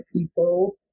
people